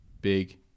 Big